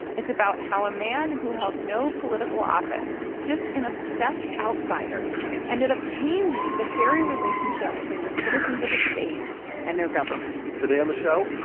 it's about how a man who held no political office just an obsessed outsider ended up changing the very relationship between the citizens of a state and their government today on the show,